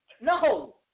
no